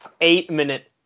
eight-minute